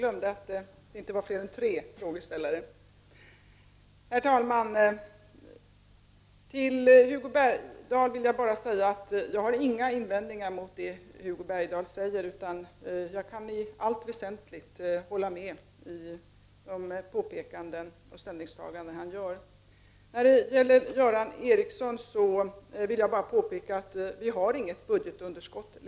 Herr talman! Till Hugo Bergdahl vill jag bara säga att jag inte har några invändningar mot det Hugo Bergdahl säger. Jag kan i allt väsentligt hålla med om de påpekanden och ställningstaganden han gör. Vad gäller det som Göran Ericsson säger vill jag påpeka att vi inte längre har något budgetunderskott.